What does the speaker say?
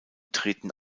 treten